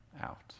out